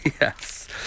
yes